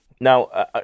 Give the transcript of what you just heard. Now